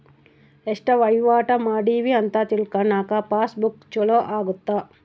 ಎಸ್ಟ ವಹಿವಾಟ ಮಾಡಿವಿ ಅಂತ ತಿಳ್ಕನಾಕ ಪಾಸ್ ಬುಕ್ ಚೊಲೊ ಅಗುತ್ತ